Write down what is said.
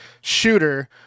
shooter